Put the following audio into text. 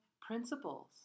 principles